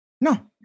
No